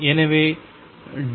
எனவே O0